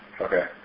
Okay